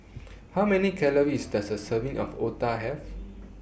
How Many Calories Does A Serving of Otah Have